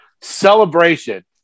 celebration